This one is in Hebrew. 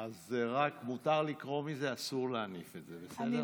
אז רק מותר לקרוא מזה, אסור להניף את זה, בסדר?